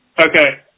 Okay